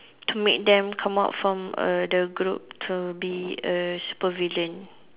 to make them come out from a the globe to be a supervillain